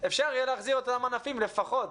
אפשר יהיה להחזיר אותם ענפים לפחות.